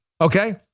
okay